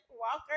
walker